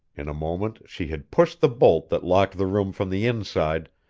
in a moment she had pushed the bolt that locked the room from the inside,